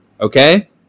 Okay